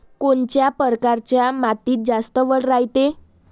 कोनच्या परकारच्या मातीत जास्त वल रायते?